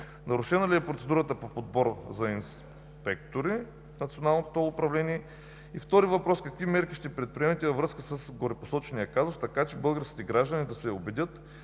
Нарушена ли е процедурата по подбор за инспектори в Национално ТОЛ управление? Какви мерки ще предприемете във връзка с горепосочения казус, така че българските граждани да се убедят,